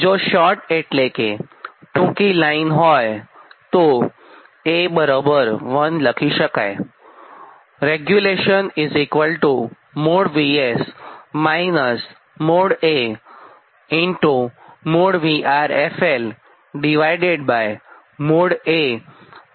જો શોર્ટ એટલે કે ટૂંકી લાઈન હોય તો A1 લખી શકાય